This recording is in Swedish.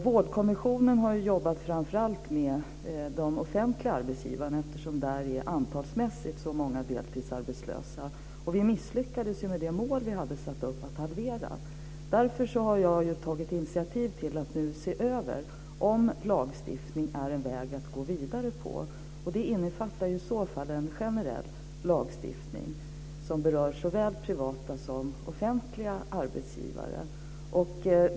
Vårdkommissionen har framför allt jobbat med de offentliga arbetsgivarna eftersom man där antalsmässigt har så många deltidsarbetslösa. Vi misslyckades med det mål vi hade satt upp: att halvera. Därför har jag tagit initiativ till att se över om lagstiftning är en väg att gå vidare på. Det innefattar i så fall en generell lagstiftning som berör såväl privata som offentliga arbetsgivare.